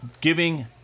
giving